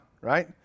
right